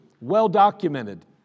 well-documented